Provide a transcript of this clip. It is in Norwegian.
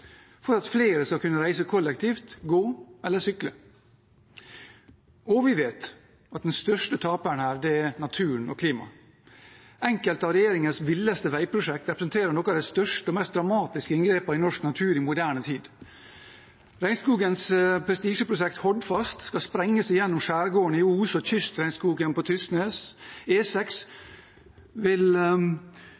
for at flere skal kunne reise kollektivt, gå eller sykle. Vi vet også at den største taperen her er naturen og klimaet. Enkelte av regjeringens villeste veiprosjekter representerer noen av de største og mest dramatiske inngrepene i norsk natur i moderne tid. Regjeringens prestisjeprosjekt Hordfast skal sprenge seg gjennom skjærgården i Os og kystregnskogen på Tysnes.